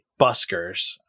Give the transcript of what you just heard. buskers